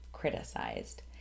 criticized